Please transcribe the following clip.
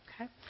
Okay